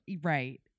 right